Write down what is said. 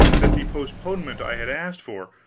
that the postponement i had asked for,